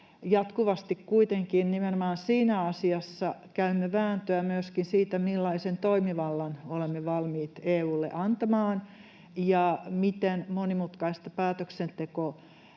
Jatkuvasti kuitenkin nimenomaan siinä asiassa käymme vääntöä myöskin siitä, millaisen toimivallan olemme valmiit EU:lle antamaan ja miten monimutkaista päätöksentekojärjestelmää